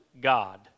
God